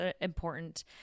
important